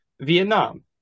Vietnam